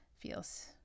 feels